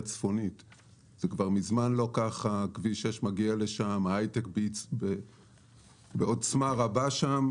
אנחנו מנסים לשווק מגרשים לאזור תעשיית הייטק בכפר ורדים-מעלות תרשיחא,